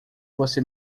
você